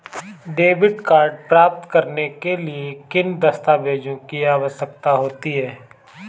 Debit card प्राप्त करने के लिए किन दस्तावेज़ों की आवश्यकता होती है?